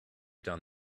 done